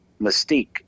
mystique